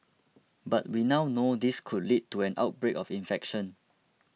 but we now know this could lead to an outbreak of infection